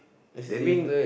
that mean